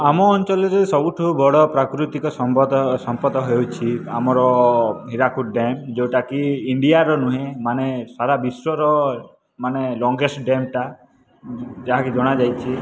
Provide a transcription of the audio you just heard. ଆମ ଅଞ୍ଚଲରେ ସବୁଠୁ ବଡ଼ ପ୍ରାକୃତିକ ସଂବଦ ସମ୍ପଦ ହେଉଛି ଆମର ହୀରାକୁଦ ଡ୍ୟାମ୍ ଯେଉଁଟା କି ଇଣ୍ଡିଆର ନୁହେଁ ମାନେ ସାରା ବିଶ୍ୱର ମାନେ ଲଂଗେଷ୍ଟ୍ ଡ୍ୟାମଟା ଯାହାକି ଜଣାଯାଇଛି